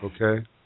Okay